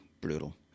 brutal